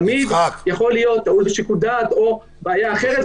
תמיד יכולה להיות טעות בשיקול דעת או בעיה אחרת,